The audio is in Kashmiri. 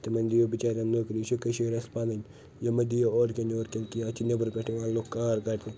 تِمن دیو بچاریٚن نوکری یہِ چھُو کشیٖر اسہِ پنٕنۍ یہِ مہٕ دیو اورٕکیٚن یورٕکیٚن کیٚنٛہہ اَتہِ چھِ نیٚبرٕ پٮ۪ٹھ یوان لوٗکھ کار کرنہِ